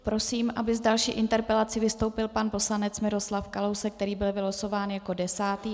Prosím, aby s další interpelací vystoupil pan poslanec Miroslav Kalousek, který byl vylosován jako desátý.